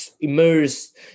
immersed